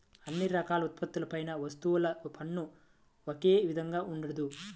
అన్ని రకాల ఉత్పత్తులపై వస్తుసేవల పన్ను ఒకే విధంగా ఉండదు